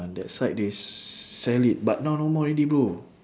that side they s~ sell it but now no more already bro